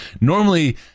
Normally